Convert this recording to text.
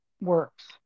works